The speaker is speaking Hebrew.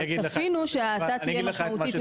אבל צפינו שההאטה תהיה משמעותית יותר.